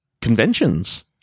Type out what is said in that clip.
conventions